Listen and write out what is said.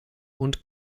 und